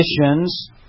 conditions